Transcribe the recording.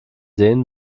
sehen